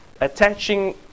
attaching